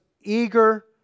eager